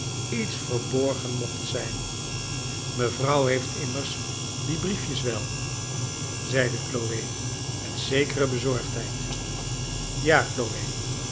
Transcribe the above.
iets verborgen mocht zijn mevrouw heeft immers die briefjes wel zeide chloe met zekere bezorgdheid ja